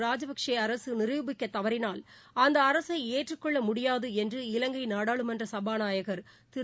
ராஜபக்சே அரசு நிருபிக்க தவறினால் அந்த அரசை ஏற்றுக் கொள்ள முடியாது என்று இலங்கை நாடாளுமன்ற சபாநாயகர் திரு